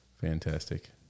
Fantastic